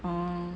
orh